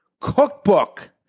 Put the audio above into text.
cookbook